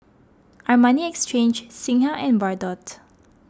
Armani Exchange Singha and Bardot